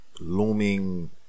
looming